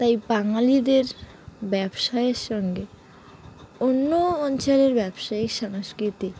তাই বাঙালিদের ব্যবসায়ের সঙ্গে অন্য অঞ্চলের ব্যবসায়িক সংস্কৃতি